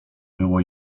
było